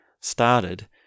started